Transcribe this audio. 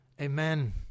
amen